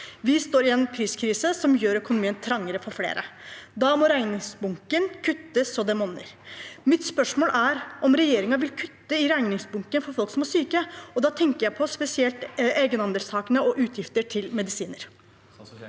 Vi står i en priskrise som gjør økonomien trangere for flere. Da må regningsbunken kuttes så det monner. Mitt spørsmål er om regjeringen vil kutte i regningsbunken for folk som er syke, og da tenker jeg spesielt på egenandelstakene og utgifter til medisiner.